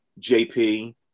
jp